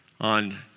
on